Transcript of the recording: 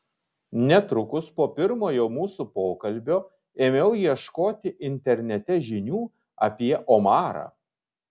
netrukus po pirmojo mūsų pokalbio ėmiau ieškoti internete žinių apie omarą